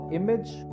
image